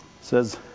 says